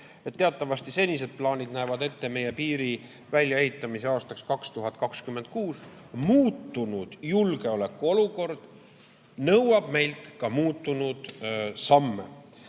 Teatavasti senised plaanid näevad ette meie piiri väljaehitamise aastaks 2026. Muutunud julgeolekuolukord nõuab meilt ka muutunud samme.